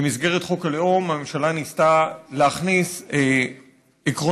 במסגרת חוק הלאום הממשלה ניסתה להכניס עקרונות